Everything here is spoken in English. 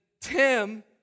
Tim